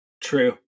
True